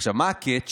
עכשיו, מה ה-catch?